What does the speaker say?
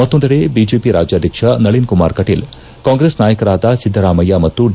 ಮತ್ತೊಂದೆಡೆ ಬಿಜೆಪಿ ರಾಜ್ಯಾದ್ಯಕ್ಷ ನಳೀನ್ ಕುಮಾರ್ ಕಟೀಲ್ ಕಾಂಗ್ರೆಸ್ ನಾಯಕರಾದ ಸಿದ್ಧರಾಮಯ್ನ ಮತ್ತು ಡಿ